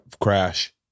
crash